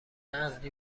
عمدی